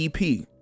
EP